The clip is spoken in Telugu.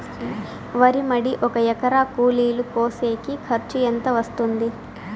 వరి మడి ఒక ఎకరా కూలీలు కోసేకి ఖర్చు ఎంత వస్తుంది?